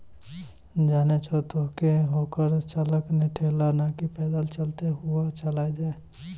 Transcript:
जानै छो तोहं कि हेकरा चालक नॅ ठेला नाकी पैदल चलतॅ हुअ चलाय छै